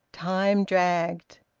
time dragged.